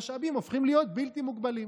המשאבים הופכים להיות בלתי מוגבלים.